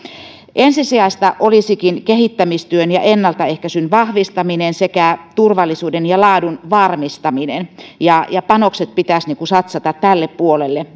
ensisijaista olisikin kehittämistyön ja ennaltaehkäisyn vahvistaminen sekä turvallisuuden ja laadun varmistaminen ja ja panokset pitäisi satsata myöskin tälle puolelle